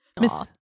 Miss